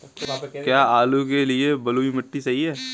क्या आलू के लिए बलुई मिट्टी सही है?